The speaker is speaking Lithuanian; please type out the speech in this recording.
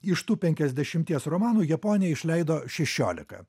iš tų penkiasdešimties romanų japonija išleido šešiolika